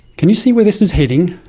can you see where this is heading?